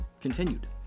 continued